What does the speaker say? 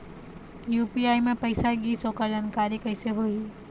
UPI म पैसा गिस ओकर जानकारी कइसे होही?